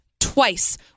twice